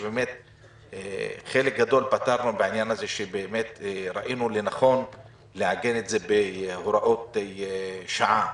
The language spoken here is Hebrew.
שחלק גדול ראינו לנכון לעגן בהוראות שעה.